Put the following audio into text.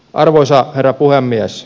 arvoisa herra puhemies